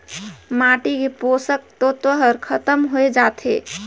माटी के पोसक तत्व हर खतम होए जाथे